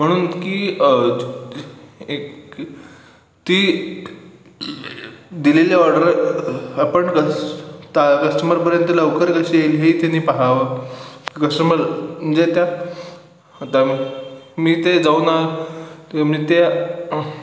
म्हणून की एक ती दिलेली ऑर्डर आपण कस कस्टमरपर्यंत लवकर कशी येईल हेही त्यानी पाहावं कस्टमर म्हणजे त्या आता मी ते जाऊन म्हणजे त्या